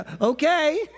Okay